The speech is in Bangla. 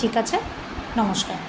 ঠিক আছে নমস্কার